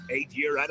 Eight-year